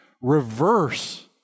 reverse